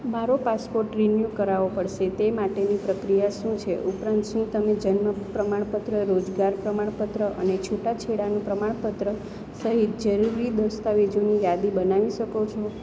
મારો passport renew કરાવો પડશે તે માટેની પ્રક્રિયા શું છે ઉપરાંત શું તમે જન્મ પ્રમાણપત્ર રોજગાર પ્રમાણપત્ર અને છૂટાછેડાનું પ્રમાણપત્ર સહિત જરૂરી દસ્તાવેજોની યાદી બનાવી શકો છો